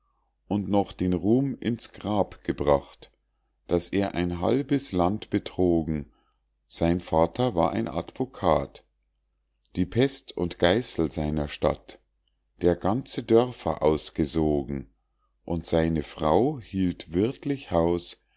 und noch den ruhm in's grab gebracht daß er ein halbes land betrogen sein vater war ein advokat die pest und geißel seiner stadt der ganze dörfer ausgesogen und seine frau hielt wirthlich haus